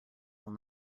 will